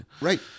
Right